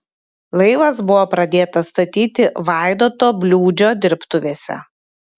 laivas buvo pradėtas statyti vaidoto bliūdžio dirbtuvėse